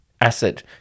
acid